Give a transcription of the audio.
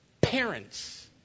parents